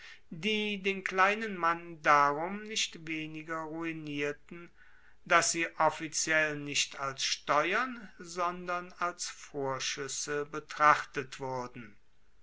die den kleinen mann darum nicht weniger ruinierten dass sie offiziell nicht als steuern sondern als vorschuesse betrachtet wurden